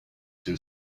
too